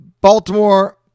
Baltimore